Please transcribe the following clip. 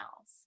else